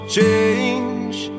change